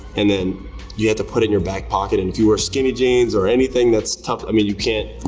and then you had to put it in your back pocket, and if you wear skinny jeans or anything that's tucked, i mean, you can't,